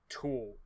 Tool